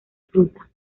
fruta